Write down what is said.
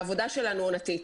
העבודה שלנו עונתית.